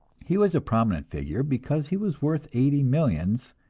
he was a prominent figure, because he was worth eighty millions,